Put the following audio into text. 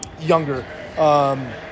Younger